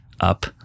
up